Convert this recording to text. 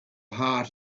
heart